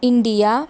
India